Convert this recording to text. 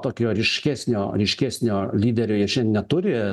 tokio ryškesnio ryškesnio lyderio jie neturi